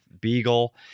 Beagle